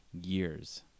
years